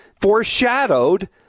foreshadowed